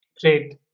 Great